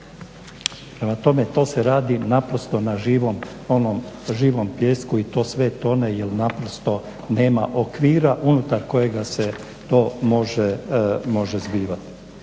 tome, to se radi naprosto na onom živom pijesku i to sve tone jer naprosto nema okvira unutar kojega se to može zbivati.